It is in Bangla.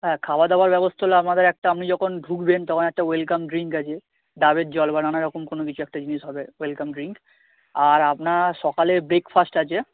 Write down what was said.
হ্যাঁ খাওয়া দাওয়ার ব্যবস্থা হলো আমাদের একটা আপনি যখন ঢুকবেন তখন একটা ওয়েলকাম ড্রিঙ্ক আছে ডাবের জল বানানো এরকম কোনো কিছু একটা জিনিস হবে ওয়েলকাম ড্রিঙ্ক আর আপনার সকালে ব্রেকফাস্ট আছে